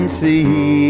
see